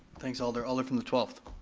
thanks alder, alder from the twelfth.